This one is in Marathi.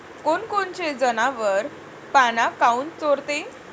कोनकोनचे जनावरं पाना काऊन चोरते?